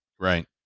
Right